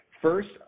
First